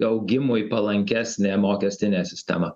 augimui palankesnė mokestinė sistema